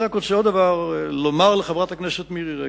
אני רק רוצה לומר עוד דבר לחברת הכנסת מירי רגב,